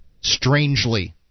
strangely